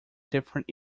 different